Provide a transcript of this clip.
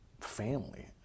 family